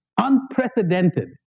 unprecedented